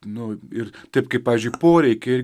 nu ir taip kaip pavyzdžiui poreikį ir